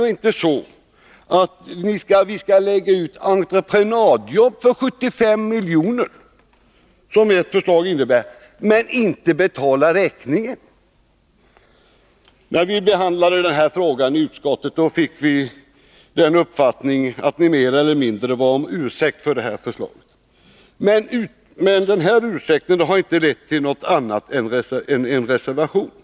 För ni menar väl inte att vi skall lägga ut jobb på entreprenad för 75 milj.kr., som ert förslag innebär, men inte betala räkningen? När vi behandlade den här frågan i utskottet fick jag uppfattningen att ni mer eller mindre bad om ursäkt för detta förslag. Men denna ursäkt har ändå utmynnat i en reservation.